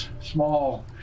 small